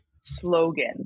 slogan